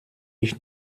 ich